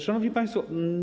Szanowni Państwo!